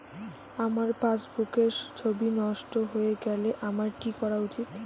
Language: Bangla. আমার পাসবুকের ছবি নষ্ট হয়ে গেলে আমার কী করা উচিৎ?